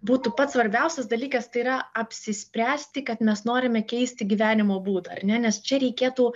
būtų pats svarbiausias dalykas tai yra apsispręsti kad mes norime keisti gyvenimo būdą ar ne nes čia reikėtų